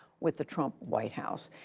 with the trump white house.